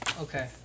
Okay